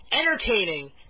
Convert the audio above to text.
entertaining